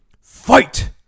FIGHT